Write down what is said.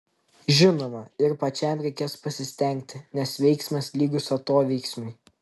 žinoma ir pačiam reikės pasistengti nes veiksmas lygus atoveiksmiui